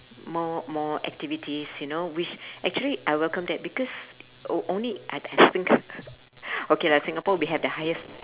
more more activities you know which actually I welcome that because o~ only I I think okay lah singapore we have the highest